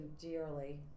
dearly